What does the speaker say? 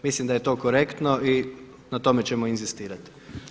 Mislim da je to korektno i na tome ćemo inzistirati.